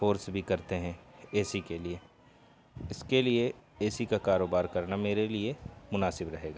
force بھی کرتے ہیں اے سی کے لیے اس کے لیے اے سی کا کاروبار کرنا میرے لیے مناسب رہے گا